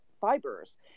fibers